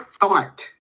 thought